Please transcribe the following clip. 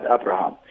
Abraham